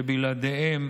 שבלעדיהם